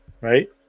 right